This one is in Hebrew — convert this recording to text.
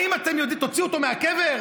האם תוציאו אותו מהקבר?